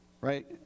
Right